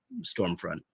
Stormfront